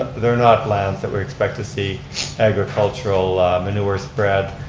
they're not lands that we expect to see agricultural manure spread,